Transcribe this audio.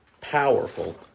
powerful